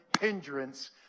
hindrance